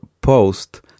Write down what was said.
post